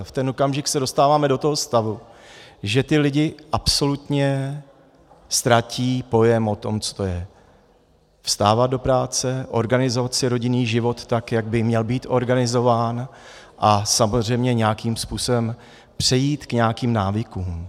A v ten okamžik se dostáváme do toho stavu, že ty lidi absolutně ztratí pojem o tom, co to je vstávat do práce, organizovat si rodinný život tak, jak by měl být organizován, a samozřejmě nějakým způsobem přejít k nějakým návykům.